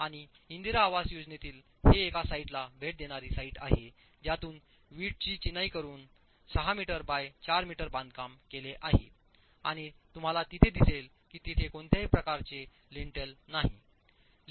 आणि इंदिरा आवास योजनेतील हे एका साइटला भेट देणारी साइट आहे ज्यातून वीटची चिनाई वापरुन 6 मीटर बाय 4 मीटर बांधकाम केले आहे आणितुम्हाला तिथे दिसेल की तेथे कोणत्याही प्रकारचे लिंटेल नाही